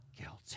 guilty